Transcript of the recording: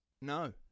No